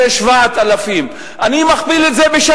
זה 7,000. אני מכפיל את זה בשלושה,